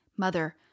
Mother